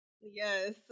yes